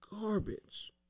garbage